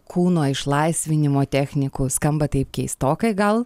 kūno išlaisvinimo technikų skamba taip keistokai gal